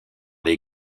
les